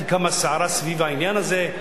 כי קמה סערה סביב העניין הזה,